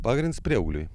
pagrinds prieaugliui